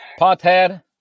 Pothead